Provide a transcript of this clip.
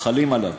החלים עליו